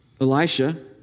Elisha